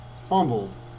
fumbles